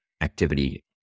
activity